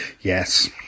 Yes